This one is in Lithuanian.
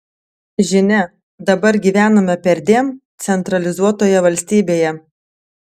žinia dabar gyvename perdėm centralizuotoje valstybėje